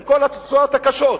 עם כל התוצאות הקשות.